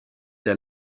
der